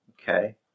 Okay